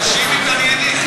אנשים מתעניינים.